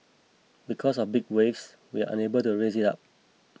because of big waves we unable to raise it up